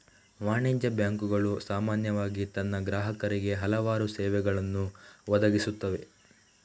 ವಾಣಿಜ್ಯ ಬ್ಯಾಂಕುಗಳು ಸಾಮಾನ್ಯವಾಗಿ ತನ್ನ ಗ್ರಾಹಕರಿಗೆ ಹಲವಾರು ಸೇವೆಗಳನ್ನು ಒದಗಿಸುತ್ತವೆ